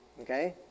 Okay